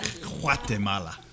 Guatemala